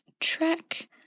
Track